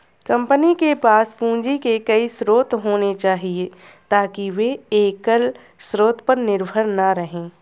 company के पास पूंजी के कई स्रोत होने चाहिए ताकि वे एकल स्रोत पर निर्भर न रहें